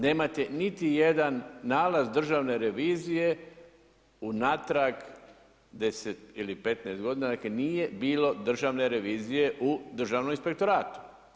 Nemate niti jedan nalaz Državne revizije unatrag 10 ili 15 g., dakle nije bilo Državne revizije u Državnom inspektoratu.